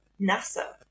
NASA